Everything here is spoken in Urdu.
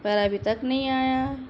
پر ابھی تک نہیں آیا